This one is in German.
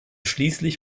schließlich